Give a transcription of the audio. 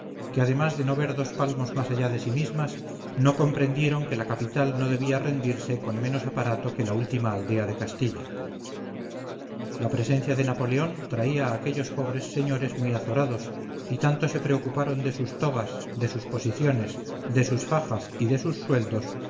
que además de no ver dos palmos más allá de sí mismas no comprendieron que la capital no debía rendirse con menos aparato que la última aldea de castilla la presencia de napoleón traía a aquellos pobres señores muy azorados y tanto se preocuparon de sus togas de sus posiciones de sus fajas y de sus sueldos